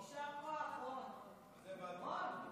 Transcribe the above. יישר כוח, רון.